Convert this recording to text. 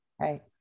Right